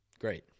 great